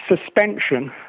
suspension